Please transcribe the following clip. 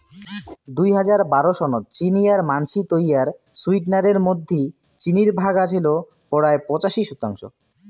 দুই হাজার বারো সনত চিনি আর মানষি তৈয়ার সুইটনারের মধ্যি চিনির ভাগ আছিল পরায় পঁচাশি শতাংশ